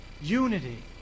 unity